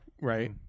right